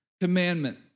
commandment